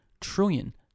trillion